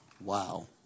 Wow